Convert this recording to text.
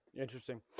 Interesting